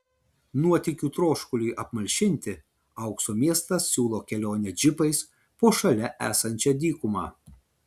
nuotykių troškuliui apmalšinti aukso miestas siūlo kelionę džipais po šalia esančią dykumą